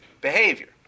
behavior